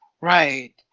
right